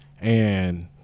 And-